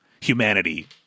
humanity